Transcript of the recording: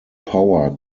power